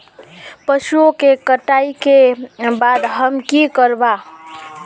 पशुओं के कटाई के बाद हम की करवा?